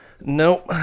Nope